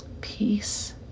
peace